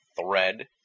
thread